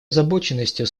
озабоченностью